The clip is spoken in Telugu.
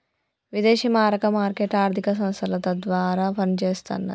విదేశీ మారక మార్కెట్ ఆర్థిక సంస్థల ద్వారా పనిచేస్తన్నది